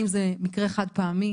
האם זה מקרה חד פעמי,